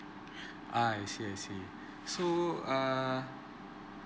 I see I see so err